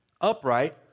upright